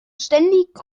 ständig